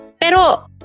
Pero